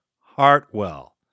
Hartwell